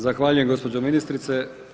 Zahvaljujem gospođo ministrice.